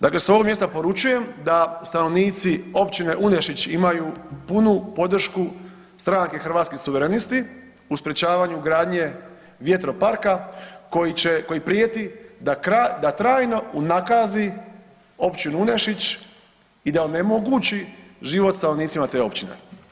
Dakle, s ovog mjesta poručujem da stanovnici općine Unešić imaju punu podršku stranke Hrvatski suverenisti u sprječavanju gradnje vjetroparka koji će, koji prijeti da trajno unakazi općinu Unešić i da onemogući život stanovnicima te općine.